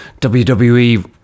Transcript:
wwe